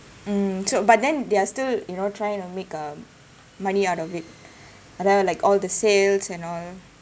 hmm so but then they are still you know trying to make uh money out of it other like all the sales and all